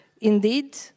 indeed